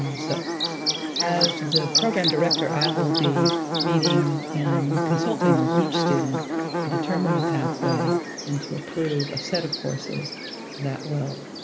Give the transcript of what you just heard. so as the program director, i will be meeting and consulting with each student to determine the pathway and to approve a set of courses that will